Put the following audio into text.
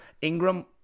Ingram